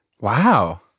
Wow